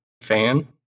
fan